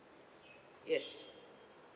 yes